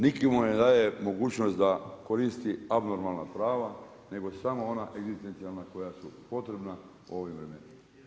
Nitko mu ne daje mogućnost da koristi abnormalna prava, nego samo ona egzistencijalna koja su potreba u ovim vremenima.